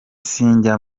sinjya